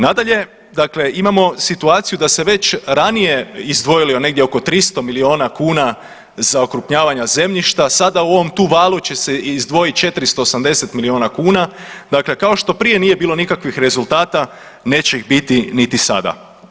Nadalje, dakle imamo situaciju da se već ranije izdvojili negdje oko 300 milijuna kuna za okrupnjavanja zemljišta, sada u ovom tu valu će se izdvojit 480 milijuna kuna, dakle kao što prije nije bilo nikakvih rezultata neće ih biti niti sada.